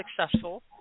successful